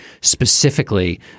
specifically